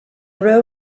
row